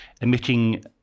emitting